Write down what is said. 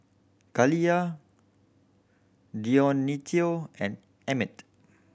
Kaliyah Dionicio and Emit